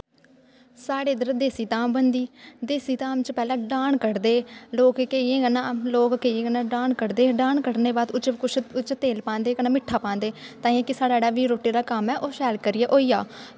साढ़े इद्धर देसी धाम बनदी देसी धाम च पैह्लें डाह्न कड्ढदे लोक केहियें कन्नै लोक केहियें कन्नै डाह्न कड्ढदे ड्हान कड्ढने दे बाद कुछ तेल ओह्दे च पांदे कन्नै मिट्ठा पांदे ताईं साढ़ा जेह्ड़ा बी रुट्टी दे कम्म ऐ ओह् शैल करियै होई जा